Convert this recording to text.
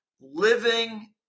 living